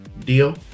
deal